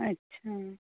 अच्छा